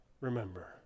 Remember